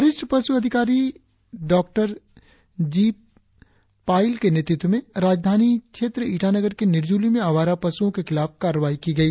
वरिष्ठ पश् अधिकारी डॉ जी पायिंग के नेतृत्व में राजधानी क्षेत्र ईटानगर के निरजूली में आवारा पशुओं के खिलाफ कार्रवाई की गई